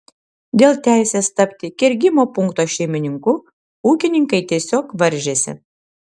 dėl teisės tapti kergimo punkto šeimininku ūkininkai tiesiog varžėsi